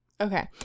Okay